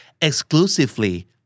exclusively